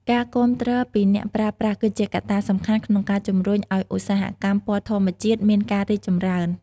ការគាំទ្រពីអ្នកប្រើប្រាស់គឺជាកត្តាសំខាន់ក្នុងការជំរុញឱ្យឧស្សាហកម្មពណ៌ធម្មជាតិមានការរីកចម្រើន។